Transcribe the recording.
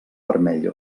vermell